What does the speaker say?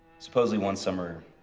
supposedly, one summer,